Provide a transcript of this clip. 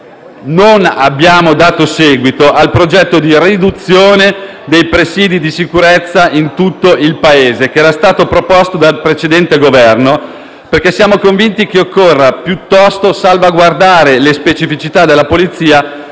non abbiamo dato seguito al progetto di riduzione dei presidi di sicurezza in tutto il Paese, che era stato proposto dal Governo precedente, perché siamo convinti che occorra piuttosto salvaguardare le specificità della Polizia,